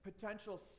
potential